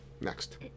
next